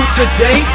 today